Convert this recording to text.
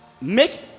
Make